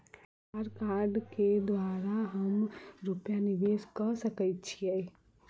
आधार कार्ड केँ द्वारा हम रूपया निवेश कऽ सकैत छीयै?